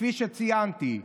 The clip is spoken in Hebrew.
כפי שציינתי,